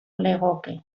legoke